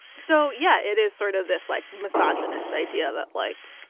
so yeah, it is sort of this like misogynist idea that, like,